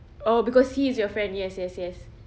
oh because he's your friend yes yes yes